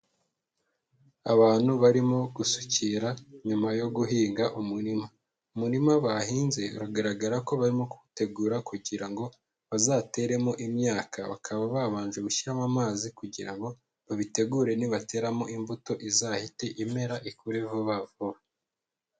Abantu barimo gusukira nyuma yo guhinga umurima, umurima bahinze uragaragara ko barimo kuwutegura kugira ngo bazateremo imyaka, bakaba babanje gushyiramo amazi kugira ngo babitegure, nibateramo imbuto izahite imera ikure vuba vuba.